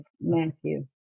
matthew